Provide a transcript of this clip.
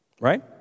Right